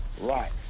Right